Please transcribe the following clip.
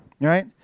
right